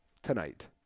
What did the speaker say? Tonight